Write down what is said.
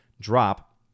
drop